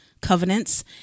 covenants